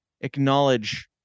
acknowledge